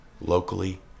locally